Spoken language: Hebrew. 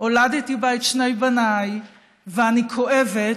הולדתי בה את שני בניי, ואני כואבת